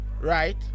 Right